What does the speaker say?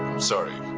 sorry,